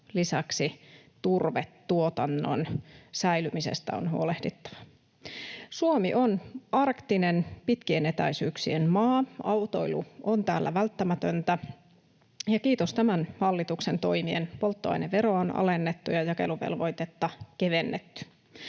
lisäksi turvetuotannon säilymisestä on huolehdittava. Suomi on arktinen pitkien etäisyyksien maa. Autoilu on täällä välttämätöntä. Ja kiitos tämän hallituksen toimien, polttoaineveroa on alennettu ja jakeluvelvoitetta kevennetty.